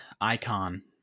icon